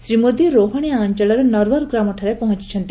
ଶ୍ରୀ ମୋଦି ରୋହାଣିଆ ଅଞ୍ଚଳର ନର୍ୱାର ଗ୍ରାମଠାରେ ପହଞ୍ଚଛନ୍ତି